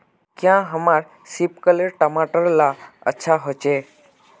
क्याँ हमार सिपकलर टमाटर ला अच्छा होछै?